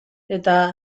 eta